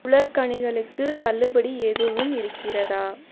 உலர்கனிகளுக்கு தள்ளுபடி எதுவும் இருக்கிறதா